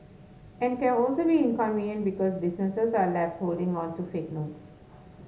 and it can also be inconvenient because businesses are left holding on to fake notes